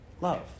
love